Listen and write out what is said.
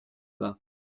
bas